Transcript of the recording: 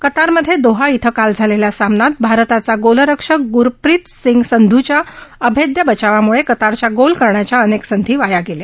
कतारमधे Doha इथं काल झालेल्या सामन्यात भारताचा गोलरक्षक ग्रुप्रित सिंग संधूच्या अभेदय बचावामुळे कतारच्या गोल करण्याच्या अनेक संधी वाया गेल्या